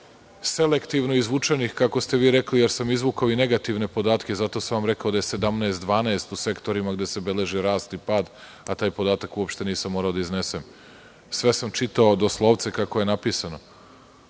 selektivno izvučenih, kako ste vi rekli, jer sam izvukao i negativne podatke. Zato sam vam rekao da je 17,12 u sektorima gde se beležio rast i pad, a taj podatak uopšte nisam morao da iznesem. Sve sam čitao doslovce, kako je napisano. Dakle,